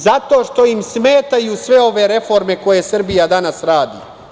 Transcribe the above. Zato što im smetaju sve ove reforme koje Srbija danas radi.